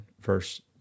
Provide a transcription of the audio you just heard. verse